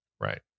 Right